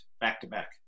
back-to-back